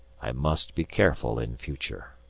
i must be careful in future.